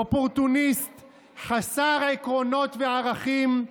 אופורטוניסט חסר עקרונות וערכים,